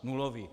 Nulový.